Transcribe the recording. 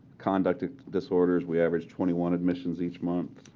conduct disorders, we average twenty one admissions each month.